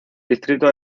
distrito